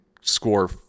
score